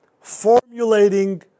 formulating